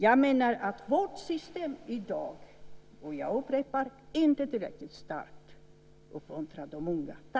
Jag menar att vårt system i dag - jag upprepar det - inte tillräckligt starkt uppmuntrar de unga.